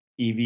EV